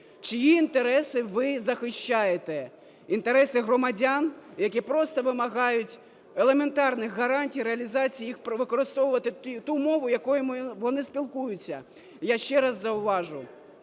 Чиї інтереси ви захищаєте? Інтереси громадян, які просто вимагають елементарних гарантій реалізації їх... використовувати ту мову, якою вони спілкуються. Я ще раз зауважу: